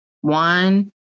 one